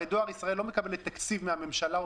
הרי דואר ישראל לא מקבל תקציב מהממשלה או